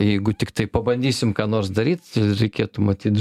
jeigu tiktai pabandysim ką nors daryt reikėtų matyt